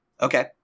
okay